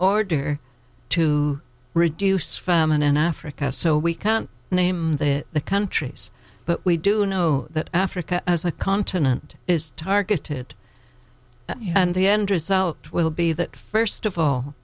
order to reduce famine in africa so we can't name the the countries but we do know that africa as a continent is targeted and the end result will be that first of all